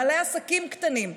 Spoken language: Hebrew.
בעלי עסקים קטנים,